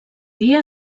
dia